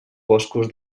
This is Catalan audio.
boscos